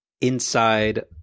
inside